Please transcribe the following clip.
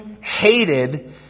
hated